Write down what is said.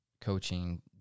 coaching